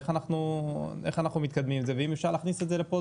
איך אנחנו מתקדמים עם זה ואם אפשר להכניס את זה לכאן,